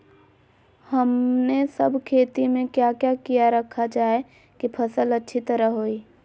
हमने सब खेती में क्या क्या किया रखा जाए की फसल अच्छी तरह होई?